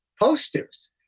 posters